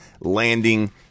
landing